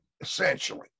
essentially